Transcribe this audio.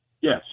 Yes